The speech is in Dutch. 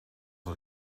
het